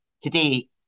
today